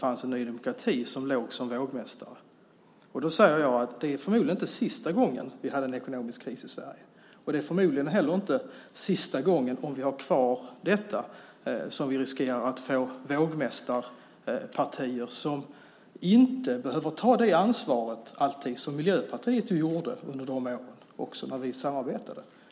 Problemet var Ny demokrati som var vågmästare. Jag tror att det förmodligen inte var sista gången vi har en ekonomisk kris i Sverige. Det är förmodligen inte heller sista gången, om vi har kvar detta, som vi riskerar att få vågmästarpartier som inte behöver ta det ansvar som Miljöpartiet ju gjorde under de år då vi samarbetade.